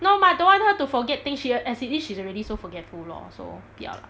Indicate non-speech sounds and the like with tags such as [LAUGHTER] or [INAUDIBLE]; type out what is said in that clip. no mah don't want her to forget things she al~ as it is she's already so forgetful lor so 不要啦 [NOISE]